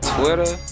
Twitter